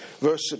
verse